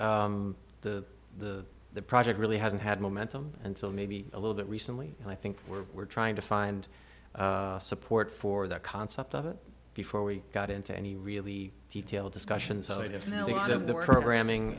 think the the the project really hasn't had momentum until maybe a little bit recently and i think we're we're trying to find support for that concept of it before we got into any really detailed discussions